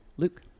Luke